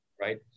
right